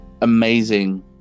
amazing